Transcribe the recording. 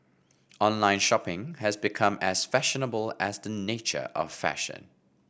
online shopping has become as fashionable as the nature of fashion